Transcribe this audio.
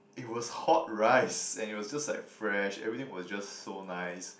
it was hot rice and it was just like fresh everything was just so nice